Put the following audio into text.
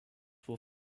were